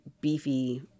beefy